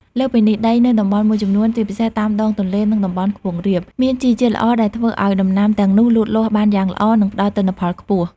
លើសពីនេះ ដីនៅតំបន់មួយចំនួន ជាពិសេសតាមដងទន្លេ និងតំបន់ខ្ពង់រាប មានជីជាតិល្អដែលធ្វើឱ្យដំណាំទាំងនោះលូតលាស់បានយ៉ាងល្អ និងផ្តល់ទិន្នផលខ្ពស់។